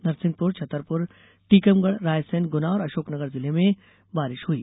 नरसिंहपुरछतरपुर टीकमगढ़ रायसेनगुना और अशोकनगर जिलों में बारिश हुई